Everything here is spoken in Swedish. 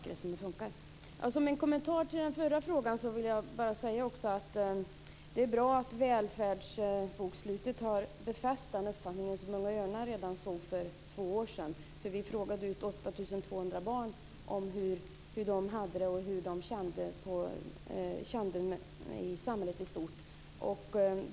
Fru talman! Som en kommentar till den förra frågan vill jag säga att det är bra att välfärdsbokslutet har befäst det som Unga Örnar såg redan för två år sedan. Vi frågade ut 8 200 barn om hur de hade det och kände i samhället i stort.